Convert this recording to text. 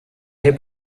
hip